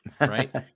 Right